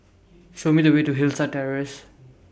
Show Me The Way to Hillside Terrace